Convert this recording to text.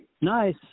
Nice